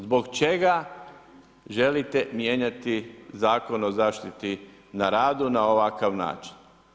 Zbog čega želite mijenjati Zakon o zaštiti na radu na ovakav način?